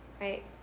Right